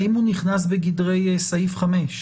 האם הוא נכנס בגדרי סעיף 5?